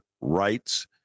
rights